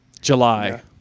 July